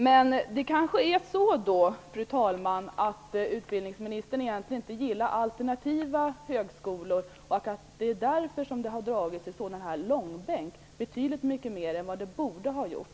Men, fru talman, det kanske är så att utbildningsministern egentligen inte gillar alternativa högskolor och att man därför har dragit frågan i långbänk betydligt mycket mer än vad man borde ha gjort.